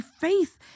faith